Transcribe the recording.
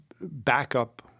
backup